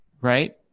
right